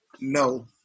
no